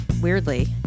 Weirdly